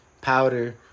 powder